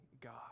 God